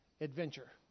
adventure